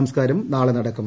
സംസ്കാരം നാളെ നടക്കും